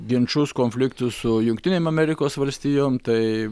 ginčus konfliktus su jungtinėm amerikos valstijom tai